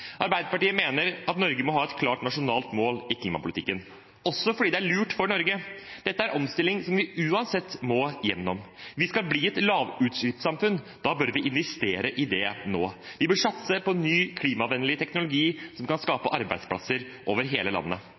Arbeiderpartiet mener at Norge må ha et klart nasjonalt mål i klimapolitikken, også fordi det er lurt for Norge. Dette er omstilling som vi uansett må igjennom. Hvis vi skal bli et lavutslippssamfunn, bør vi investere nå. Vi bør satse på ny, klimavennlig teknologi som kan skape arbeidsplasser over hele landet.